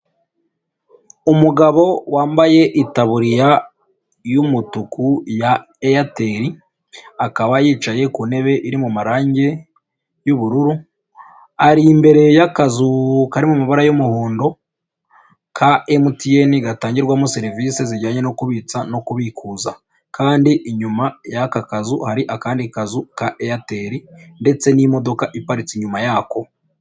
Umugabo wambaye itaburiya y'umutuku ya Airtel akaba yicaye ku ntebe iri mu marange y'ubururu, ari imbere y'akazu kari mu mabara y'umuhondo ka MTN gatangirwamo serivise zijyanye no kubitsa no kubikuza kandi inyuma y'aka kazu hari akandi kazu ka Airtel ndetse n'imodoka iparitse inyuma yako.